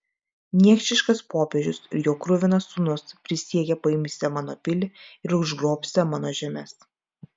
niekšiškas popiežius ir jo kruvinas sūnus prisiekė paimsią mano pilį ir užgrobsią mano žemes